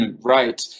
Right